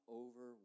over